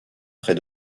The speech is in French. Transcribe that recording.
près